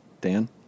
Dan